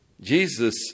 Jesus